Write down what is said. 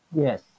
Yes